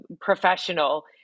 professional